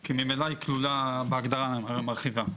כי ממילא היא כלולה בהגדרה המרחיבה.